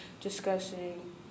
discussing